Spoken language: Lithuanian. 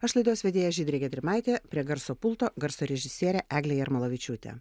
aš laidos vedėja žydrė gedrimaitė prie garso pulto garso režisierė eglė jarmolavičiūtė